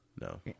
No